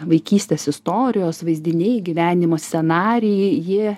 vaikystės istorijos vaizdiniai gyvenimo scenarijai jie